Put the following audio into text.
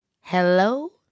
Hello